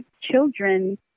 children